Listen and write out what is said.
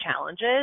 challenges